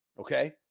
Okay